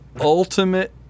ultimate